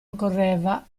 occorreva